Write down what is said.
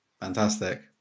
Fantastic